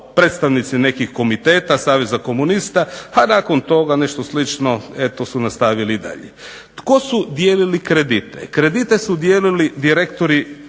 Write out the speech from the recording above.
predstavnici nekih komiteta, Saveza komunista, a nakon toga nešto slično eto su nastavili i dalje. Tko su dijelili kredite? Kredite su dijelili direktori